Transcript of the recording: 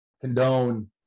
condone